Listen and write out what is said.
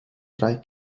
drei